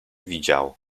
widział